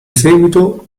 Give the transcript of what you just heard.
seguito